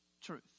truth